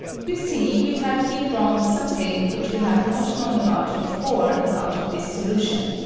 you see we have here drawn something which we have not known about before out of this solution.